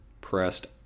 pressed